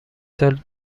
سال